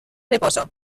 reposo